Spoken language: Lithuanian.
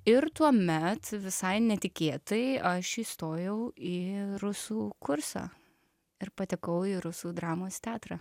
ir tuomet visai netikėtai aš įstojau į rusų kursą ir patekau į rusų dramos teatrą